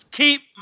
keep